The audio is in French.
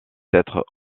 être